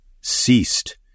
ceased